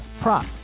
prop